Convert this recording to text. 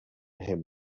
him